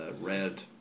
red